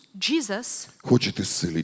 Jesus